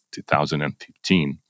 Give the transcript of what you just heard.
2015